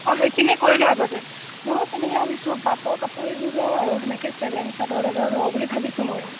অঁ সেইখিনি কৰি ল আগতে ময়ো তেনেকে ভাবিছোঁ পাটৰ কাপোৰ এযোৰ লওঁ আৰু সেনেকে চেলেং চাদৰ তাদৰ লওঁ বুলি ভাবিছোঁ ময়ো